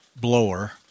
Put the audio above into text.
blower